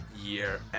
year